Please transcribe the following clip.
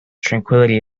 tranquillity